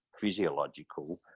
physiological